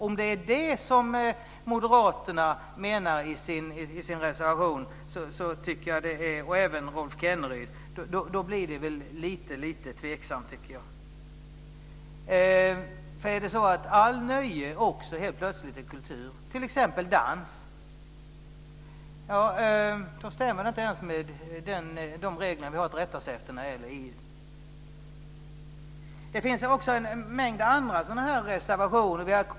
Om det är det som moderaterna - och även Rolf Kenneryd - menar i sin reservation blir det lite tveksamt. Om allt nöje också plötsligt är kultur, t.ex. dans, då stämmer det inte med de regler vi har att rätta oss efter när det gäller EU. Det finns också en mängd andra sådana reservationer.